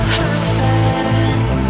perfect